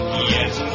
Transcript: Yes